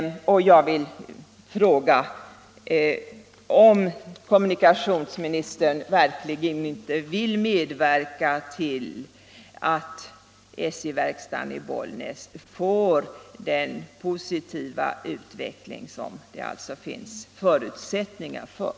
Jag vill fråga om kommunikationsministern verkligen inte kan medverka till att SJ-verkstaden i Bollnäs får den positiva utveckling som det finns förutsättningar för.